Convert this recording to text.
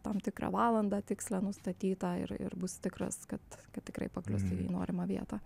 tam tikrą valandą tikslią nustatytą ir ir bus tikras kad tikrai paklius į norimą vietą